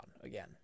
again